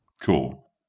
Cool